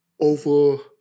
over